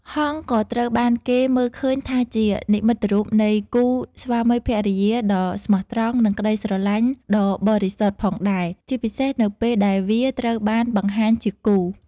ហង្សក៏ត្រូវបានគេមើលឃើញថាជានិមិត្តរូបនៃ គូស្វាមីភរិយាដ៏ស្មោះត្រង់ និង ក្តីស្រឡាញ់ដ៏បរិសុទ្ធ ផងដែរ ជាពិសេសនៅពេលដែលវាត្រូវបានបង្ហាញជាគូ។